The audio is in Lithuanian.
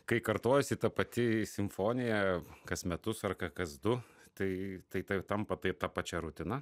kai kartojasi ta pati simfonija kas metus ar kas du tai tai tampa ta pačia rutina